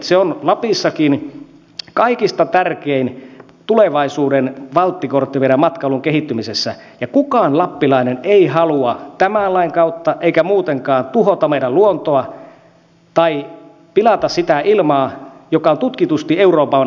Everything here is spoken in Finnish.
se on lapissakin kaikista tärkein tulevaisuuden valttikortti meidän matkailun kehittymisessä ja kukaan lappilainen ei halua tämän lain kautta eikä muutenkaan tuhota meidän luontoa tai pilata sitä ilmaa joka on tutkitusti euroopan puhtain ilma